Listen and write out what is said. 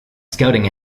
scouting